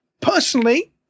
Personally